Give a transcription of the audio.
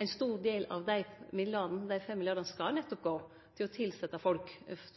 ein stor del av dei midlane, dei 5 mrd. kr, nettopp skal gå til å tilsetje folk